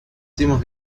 temas